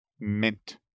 mint